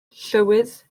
llywydd